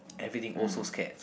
everything also scared